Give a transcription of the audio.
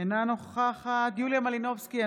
אינה נוכחת יוליה מלינובסקי,